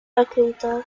acreditado